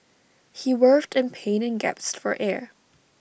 he writhed in pain and gasped for air